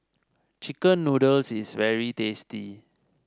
chicken noodles is very tasty